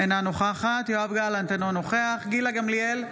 אינה נוכחת יואב גלנט, אינו נוכח גילה גמליאל,